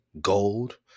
gold